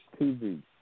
TV